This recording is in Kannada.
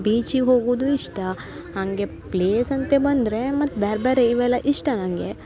ಬೀಚಿಗೆ ಹೋಗುದು ಇಷ್ಟ ಹಾಗೆ ಪ್ಲೇಸ್ ಅಂತ ಬಂದರೆ ಮತ್ತು ಬ್ಯಾರೆ ಬ್ಯಾರೆ ಇವೆಲ್ಲ ಇಷ್ಟ ನನಗೆ